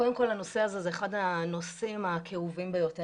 קודם כל הנושא הזה הוא אחד הנושאים הכאובים ביותר,